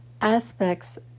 aspects